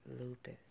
lupus